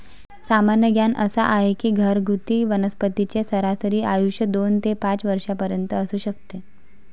सामान्य ज्ञान असा आहे की घरगुती वनस्पतींचे सरासरी आयुष्य दोन ते पाच वर्षांपर्यंत असू शकते